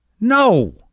no